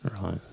right